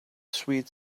sweet